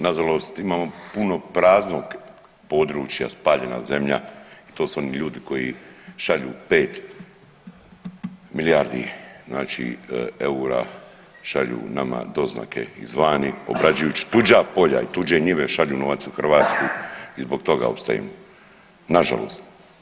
Nažalost imamo puno praznog područja, spaljena zemlja i to su oni ljudi koji šalju pet milijardi eura šalju nama doznake izvani, obrađujuć tuđa polja i tuđe njivu šalju novac u Hrvatsku i zbog toga opstajemo, nažalost.